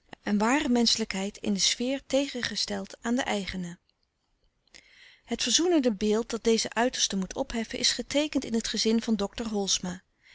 en ware menschelijkheid in de sfeer tegengesteld aan de eigene het verzoenende beeld dat deze uitersten moet opheffen is geteekend in het gezin van dokter holsma